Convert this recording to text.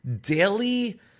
daily